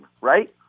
right